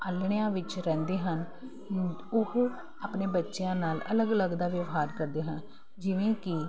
ਆਲ੍ਹਣਿਆਂ ਵਿੱਚ ਰਹਿੰਦੇ ਹਨ ਉਹ ਆਪਣੇ ਬੱਚਿਆਂ ਨਾਲ ਅਲੱਗ ਅਲੱਗ ਦਾ ਵਿਵਹਾਰ ਕਰਦੇ ਹਨ ਜਿਵੇਂ ਕਿ